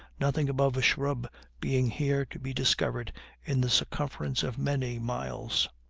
nothing above a shrub being here to be discovered in the circumference of many miles.